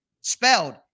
spelled